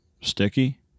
sticky